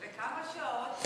וכמה שעות?